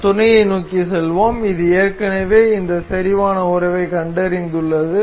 நாம் துணையை நோக்கி செல்வோம் இது ஏற்கனவே இந்த செறிவான உறவைக் கண்டறிந்துள்ளது